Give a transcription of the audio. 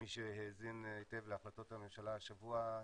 מי שהאזין היטב להחלטות הממשלה השבוע,